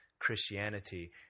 Christianity